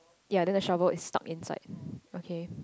ya then the shovel is stuck inside okay